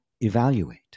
evaluate